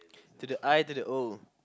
to the I to the O